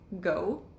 go